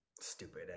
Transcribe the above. stupid